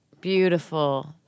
Beautiful